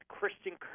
Christian